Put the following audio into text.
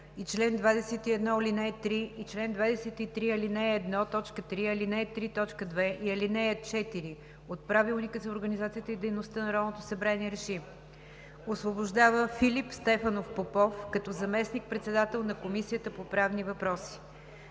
и чл. 21, ал. 3 и чл. 23, ал. 1, т. 3, ал. 3, т. 2 и ал. 4 от Правилника за организацията и дейността на Народното събрание РЕШИ: 1. Освобождава Филип Стефанов Попов, като заместник-председател на Комисията по правни въпроси.